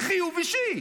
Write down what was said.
זה חיוב אישי.